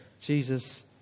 Jesus